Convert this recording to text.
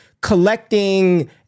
collecting